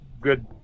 good